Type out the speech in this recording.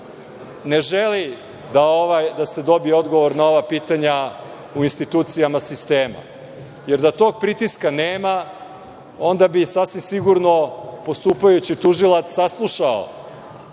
ne želi da se dobije odgovor na ova pitanja u institucijama sistema, jer da tog pritiska nema, onda bi sasvim sigurno postupajući tužilac saslušao